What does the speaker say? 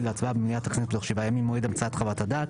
להצבעה במליאת הכנסת בתוך שבעה ימים ממועד המצאת חוות הדעת.